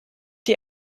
die